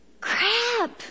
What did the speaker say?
crap